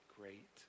great